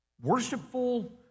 worshipful